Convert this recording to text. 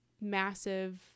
massive